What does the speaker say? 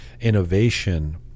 innovation